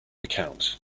account